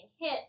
hit